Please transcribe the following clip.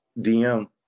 DM